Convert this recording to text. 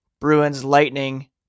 Bruins-Lightning